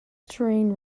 terrain